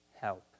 help